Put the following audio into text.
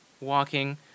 walking